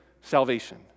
salvation